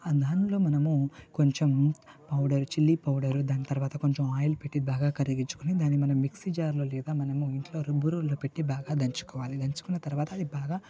ఆ దానిలో మనము కొంచెం పౌడర్ చిల్లీ పౌడర్ దాని తర్వాత కొంచెం ఆయిల్ పెట్టి బాగా కరిగించుకొని దానిని మనం మిక్సీ జార్లో లేదా మనము ఇంట్లో రుబ్బురోలులో పెట్టి బాగా దంచుకోవాలి దంచుకున్న తర్వాత అది బాగా